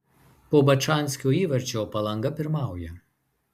po bačanskio įvarčio palanga pirmauja